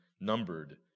numbered